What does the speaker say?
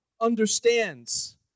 Understands